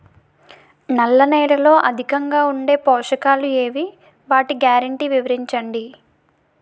నల్ల నేలలో అధికంగా ఉండే పోషకాలు ఏవి? వాటి గ్యారంటీ వివరించండి?